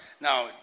Now